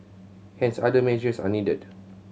hence other measures are needed